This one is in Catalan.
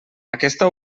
aquesta